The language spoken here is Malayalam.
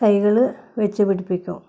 തൈകള് വച്ചുപിടിപ്പിക്കും